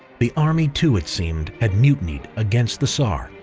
the army to it seemed at mutiny against the tsar,